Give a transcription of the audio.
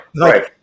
right